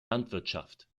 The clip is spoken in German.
landwirtschaft